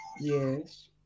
Yes